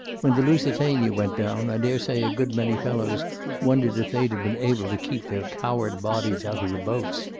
when the lusitania went down i dare say a good many fellows wondered if they'd have been able to keep their coward bodies out of the boats.